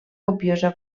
copiosa